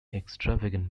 extravagant